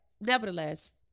nevertheless